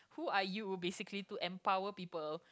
who are you basically to empower people